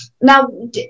Now